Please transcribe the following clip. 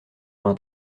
vingt